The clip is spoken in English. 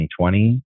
2020